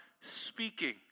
speaking